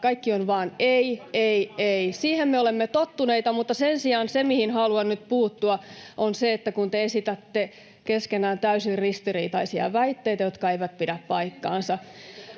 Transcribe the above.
maakuntaveroa!] Siihen me olemme tottuneita, mutta sen sijaan se, mihin haluan nyt puuttua, on se, kun te esitätte keskenään täysin ristiriitaisia väitteitä, jotka eivät pidä paikkansa.